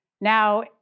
Now